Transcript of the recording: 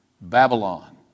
Babylon